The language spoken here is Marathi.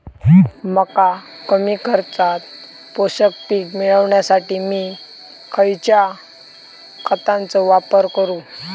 मका कमी खर्चात पोषक पीक मिळण्यासाठी मी खैयच्या खतांचो वापर करू?